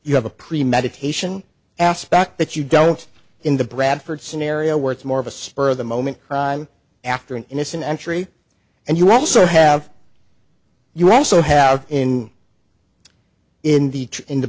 you have a premeditation aspect that you don't in the bradford scenario where it's more of a spur of the moment after an innocent entry and you also have you also have in in the in the